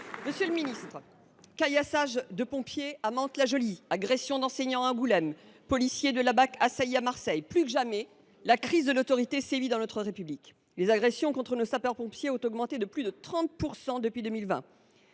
Monsieur le ministre, caillassage de pompiers à Mantes la Jolie, agressions d’enseignants à Angoulême, policiers de la brigade anticriminalité (BAC) assaillis à Marseille : plus que jamais, la crise de l’autorité sévit dans notre République. Les agressions contre les sapeurs pompiers ont augmenté de plus de 30 % depuis 2020.